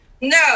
No